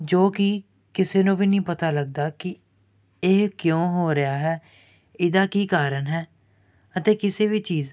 ਜੋ ਕਿ ਕਿਸੇ ਨੂੰ ਵੀ ਨਹੀਂ ਪਤਾ ਲੱਗਦਾ ਕਿ ਇਹ ਕਿਉਂ ਹੋ ਰਿਹਾ ਹੈ ਇਹਦਾ ਕੀ ਕਾਰਨ ਹੈ ਅਤੇ ਕਿਸੇ ਵੀ ਚੀਜ਼